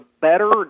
better